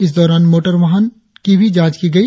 इस दौरान मोटर वाहन की भी जांच की गई